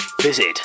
Visit